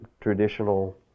traditional